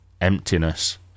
emptiness